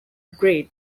grade